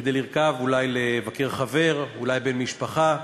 כדי לרכוב, אולי לבקר חבר, אולי בן משפחה.